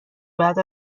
بعد